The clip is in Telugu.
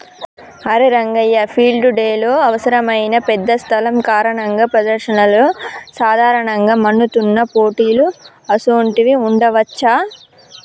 అరే రంగయ్య ఫీల్డ్ డెలో అవసరమైన పెద్ద స్థలం కారణంగా ప్రదర్శనలతో సాధారణంగా మన్నుతున్న పోటీలు అసోంటివి ఉండవచ్చా